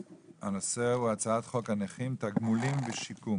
על סדר היום הצעת חוק הנכים (תגמולים ושיקום)